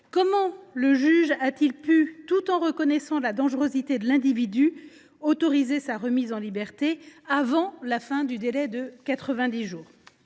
Comment le juge a t il pu, tout en reconnaissant la dangerosité de l’individu, autoriser sa remise en liberté avant la fin du délai de 90 jours ?